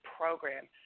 program